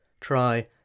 try